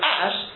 ash